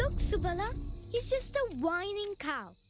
like subala, he is just a whining cow.